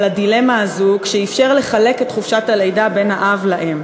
הדילמה הזאת כשאפשר לחלק את חופשת הלידה בין האב לאם.